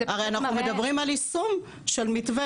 הרי אנחנו מדברים על יישום של מתווה